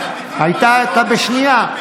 אתה בשנייה.